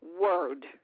word